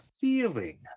feeling